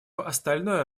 остальное